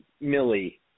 Millie